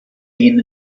been